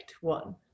one